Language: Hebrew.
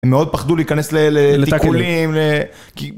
הם מאוד פחדו להיכנס לתיקולים. תאקלים.